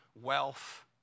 wealth